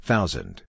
Thousand